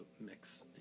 mix